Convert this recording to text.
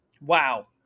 Wow